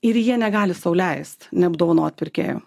ir jie negali sau leist neapdovanot pirkėjo